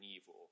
evil